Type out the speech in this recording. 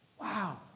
Wow